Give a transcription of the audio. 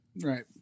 Right